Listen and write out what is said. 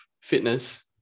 fitness